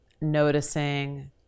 noticing